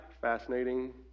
Fascinating